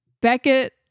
Beckett